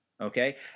Okay